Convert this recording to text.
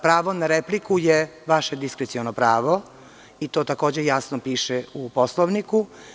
Pravo na repliku je vaše diskreciono pravo i to takođe jasno piše u Poslovniku.